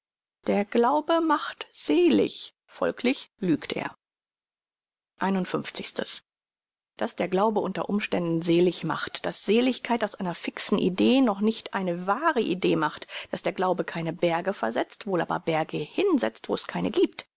der glaube macht selig folglich lügt er daß der glaube unter umständen selig macht daß seligkeit aus einer fixen idee noch nicht eine wahre idee macht daß der glaube keine berge versetzt wohl aber berge hinsetzt wo es keine giebt